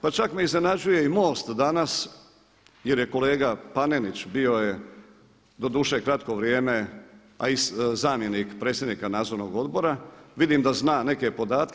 Pa čak me iznenađuje i MOST danas jer je kolega Panenić bio je, doduše kratko vrijeme, a i zamjenik predsjednika Nadzornog odbora, vidim da zna neke podatke.